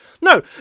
no